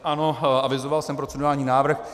Ano, avizoval jsem procedurální návrh.